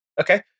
Okay